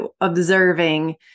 observing